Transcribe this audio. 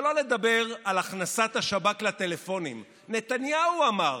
שלא לדבר על הכנסת השב"כ לטלפונים, נתניהו אמר